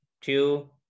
two